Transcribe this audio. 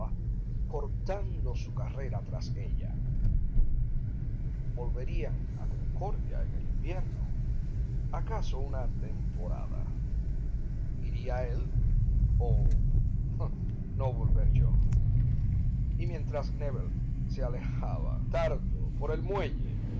cortando su carrera tras ella volverían a concordia en el invierno acaso una temporada iría él oh no volver yo y mientras nébel se alejaba tardo por el muelle